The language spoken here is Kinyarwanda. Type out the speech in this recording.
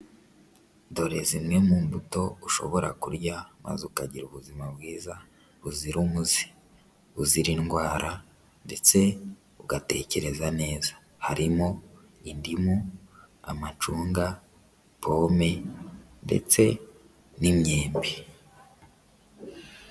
Dore zimwe mu mbuto ushobora kurya, maze ukagira ubuzima bwiza buzira umuze, buzira indwara ndetse ugatekereza neza, harimo indimu, amacunga, pome ndetse n'imyembe.